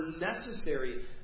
necessary